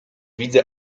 widzę